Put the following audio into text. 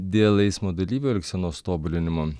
dėl eismo dalyvių elgsenos tobulinimo